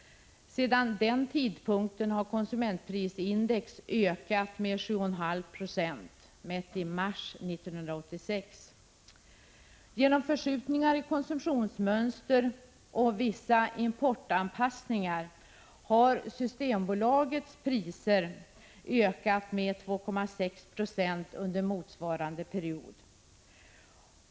Sedan den tidpunkten har konsumentprisindex ökat med 7,5 90 mätt i mars 1986. Genom förskjutningar i konsumtionsmönster och vissa importanpassningar har Systembolagets priser ökat med 2,6 70 under motsvarande period.